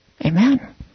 Amen